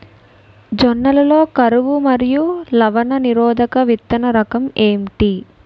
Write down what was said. జొన్న లలో కరువు మరియు లవణ నిరోధక విత్తన రకం ఏంటి?